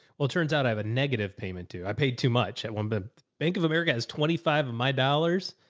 well, it turns out i have a negative payment too. i paid too much. at one point but bank of america has twenty five of my dollars.